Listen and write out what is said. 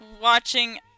watching